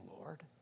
Lord